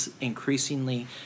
increasingly